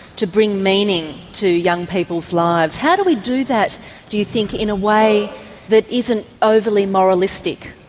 to bring meaning to young people's lives how do we do that do you think in a way that isn't overly moralistic,